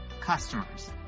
customers